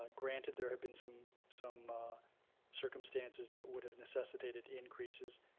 ah granted there have been some some circumstances that would have necessitated increases.